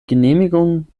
genehmigung